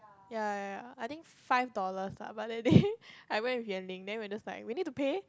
ya ya ya I think five dollars lah but that day I went with Yan Ling then we were just like we need to pay